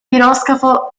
piroscafo